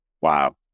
Wow